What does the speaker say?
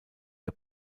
der